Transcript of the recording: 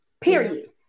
period